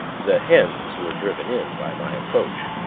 the hens were driven in by my approach.